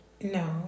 No